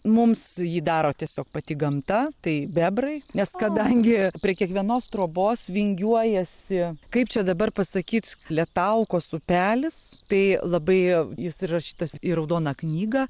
mums jį daro tiesiog pati gamta tai bebrai nes kadangi prie kiekvienos trobos vingiuojasi kaip čia dabar pasakyt lietaukos upelis tai labai jis įrašytas į raudoną knygą